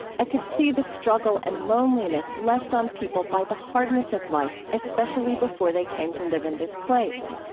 i could see the struggle and loneliness left on people by the hardness of life, especially before they came to live in this place.